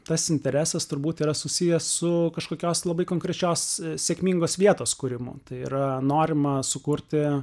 tas interesas turbūt yra susijęs su kažkokios labai konkrečios sėkmingos vietos kūrimu tai yra norima sukurti